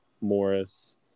Morris